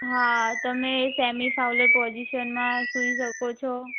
હા તમે સેમીફાવલર પોઝીશનમાં સુઈ સકો છો